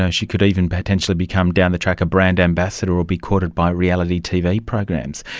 yeah she could even potentially become down the track a brand ambassador or be courted by reality tv programs.